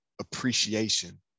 appreciation